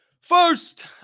First